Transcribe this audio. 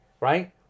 right